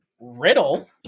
Riddle